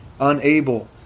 unable